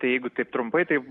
tai jeigu taip trumpai tai